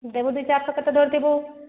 ଦେବୁ ଦୁଇ ଚାରଶହ କେତେ ଧରିଥିବୁ